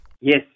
Yes